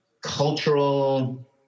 cultural